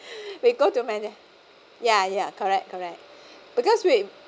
we go too many ya ya correct correct because we